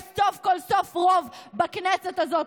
סוף כל סוף רוב בכנסת הזאת,